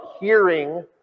hearing